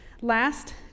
Last